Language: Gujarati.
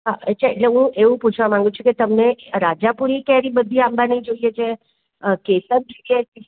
અચ્છા એટલે હું એવું પૂછવા માંગુ છું કે તમને રાજાપુરી કેરી બધી આંબાની જોઈએ છે કેસર જોઈએ છે